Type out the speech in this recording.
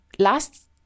Last